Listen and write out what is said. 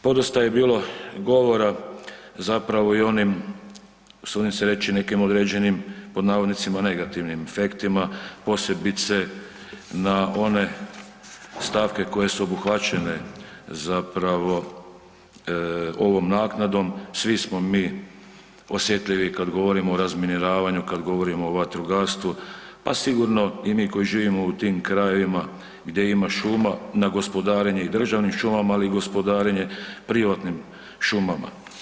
Podosta je bilo govora zapravo i o onim usudim se reći, o nekim određenim „negativnim“ efektima posebice na one stavke koje su obuhvaćene zapravo ovom naknadom, svi smo mi osjetljivi kad govorimo o razminiravanju, kad govorimo o vatrogastvu, a sigurno i mi koji živimo u tim krajevima gdje ima šuma, na gospodarenje državnim šumama ali i gospodarenje privatnim šumama.